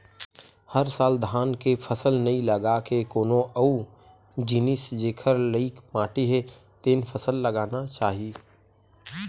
हर साल धान के फसल नइ लगा के कोनो अउ जिनिस जेखर लइक माटी हे तेन फसल लगाना चाही